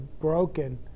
broken